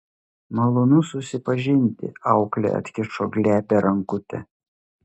malonu susipažinti auklė atkišo glebią rankutę